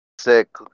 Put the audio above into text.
sick